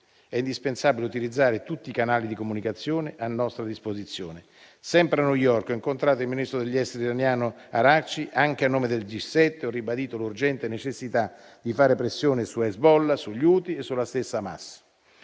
È indispensabile utilizzare tutti i canali di comunicazione a nostra disposizione. Sempre a New York ho incontrato il ministro degli esteri iraniano Araghchi. Anche a nome del G7, ho ribadito l'urgente necessità di fare pressione su Hezbollah, sugli Houthi e sulla stessa Hamas.